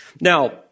Now